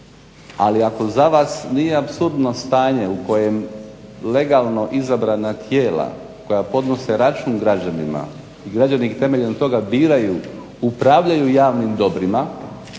Ali ako za vas nije apsurdno stanje u kojem legalno izabrana tijela koja podnose račun građanima i građani ih temeljem toga biraju upravljaju javnim dobrima,